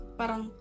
parang